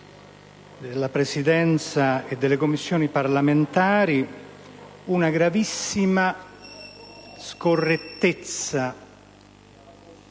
della Presidenza e delle Commissioni parlamentari la gravissima scorrettezza